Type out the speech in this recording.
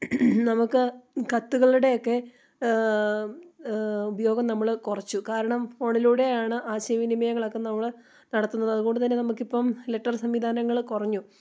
നമുക്ക് കത്തുകളുടെയൊക്കെ ഉപയോഗം നമ്മൾ കുറച്ചു കാരണം ഫോണിലൂടെയാണ് ആശയവിനിമയങ്ങളൊക്കെ നമ്മൾ നടത്തുന്നത് അതുകൊണ്ടുതന്നെ നമുക്കിപ്പം ലെറ്റർ സംവിധാനങ്ങൾ കുറഞ്ഞു